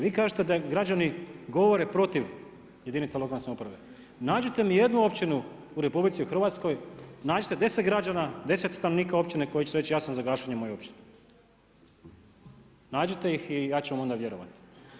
Vi kažete da građani govore protiv jedinica lokalne samouprave, nađite mi jednu općinu u RH nađite deset građana, deset stanovnika općine koji će reći ja sam za gašenje moje općine, nađite ih i ja ću vam onda vjerovati.